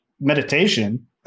meditation